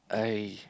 I